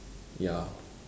ya